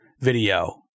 video